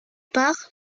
part